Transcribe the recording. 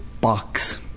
Box